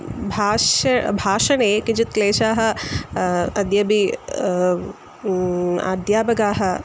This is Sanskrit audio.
भाषायाः भाषणे केचन क्लेशाः अद्यापि अध्यापकाः